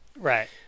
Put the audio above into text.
right